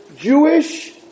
Jewish